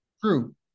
True